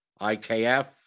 IKF